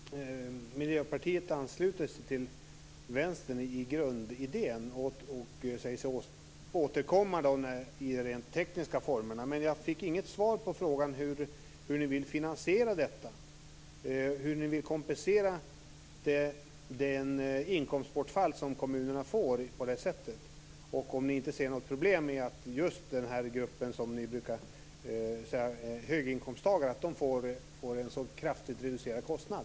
Herr talman! Jag konstaterar att Miljöpartiet ansluter sig till Vänstern i grundidén och säger sig vilja återkomma när det gäller de rent tekniska formerna. Men jag fick inget svar på frågan hur ni vill finansiera detta. Hur vill ni kompensera det inkomstbortfall som kommunerna får på det här sättet? Ser ni inget problem med att gruppen höginkomsttagare får en så kraftigt reducerad kostnad?